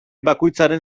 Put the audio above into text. bakoitzaren